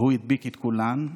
והוא הדביק את כולם.